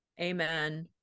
amen